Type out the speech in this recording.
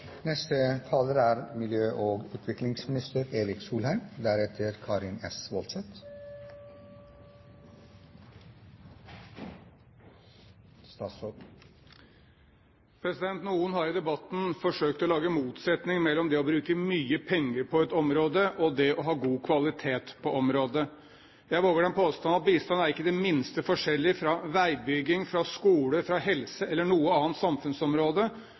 Noen har i debatten forsøkt å lage motsetninger mellom det å bruke mye penger på et område og det å ha god kvalitet på et område. Jeg våger den påstanden at bistand ikke er det minste forskjellig fra områder som veibygging, skole, helse eller noe annet samfunnsområde.